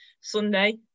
sunday